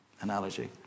analogy